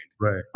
Right